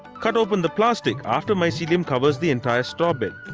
cut open the plastic after mycelium covers the entire straw bed.